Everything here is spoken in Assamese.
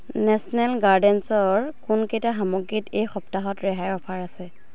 নেশ্যনেল গাৰ্ডেনছৰ কোনকেইটা সামগ্ৰীত এই সপ্তাহত ৰেহাইৰ অফাৰ আছে